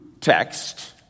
text